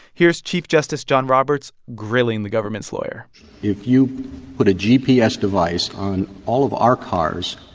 here's chief justice john roberts grilling the government's lawyer if you put a gps device on all of our cars,